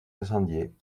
incendiées